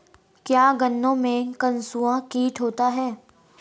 क्या गन्नों में कंसुआ कीट होता है?